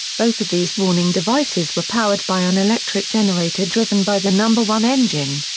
both of these warning devices were powered by an electric generator driven by the number one engine.